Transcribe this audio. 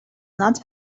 not